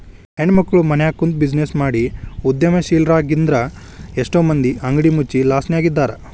ಹೆಣ್ಮಕ್ಳು ಮನ್ಯಗ ಕುಂತ್ಬಿಜಿನೆಸ್ ಮಾಡಿ ಉದ್ಯಮಶೇಲ್ರಾಗಿದ್ರಿಂದಾ ಎಷ್ಟೋ ಮಂದಿ ಅಂಗಡಿ ಮುಚ್ಚಿ ಲಾಸ್ನ್ಯಗಿದ್ದಾರ